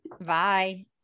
Bye